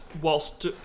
whilst